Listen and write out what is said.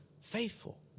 faithful